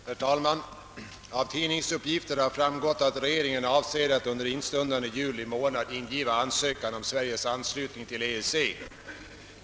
Herr talman! Av tidningsuppgifter har framgått att regeringen avser att under instundande juli månad ingiva ansökan om Sveriges anslutning till EEC.